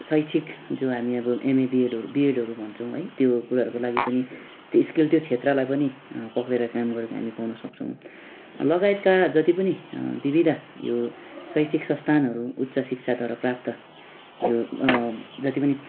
शैक्षिक जो हामी अब एमए बिएडहरू बिएडहरू भन्छौँ त्यो कुराहरूको लागि पनि त्यो स्किल त्यो क्षेत्रलाई पक्रेर पनि हामी काम गरेको पाउन सक्छौँ लगायतका जति पनि विविधा यो शैक्षिक संस्थानहरू उच्च शिक्षाद्वारा प्राप्त यो जति पनि